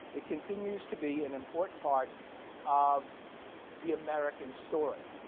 it continues to be an important part of the american story.